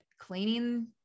cleaning